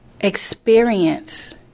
experience